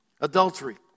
Adultery